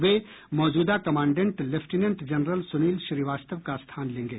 वे मौजूदा commandant lieutenant general Sunil Shrivastava का स्थान लेंगे